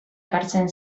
ekartzen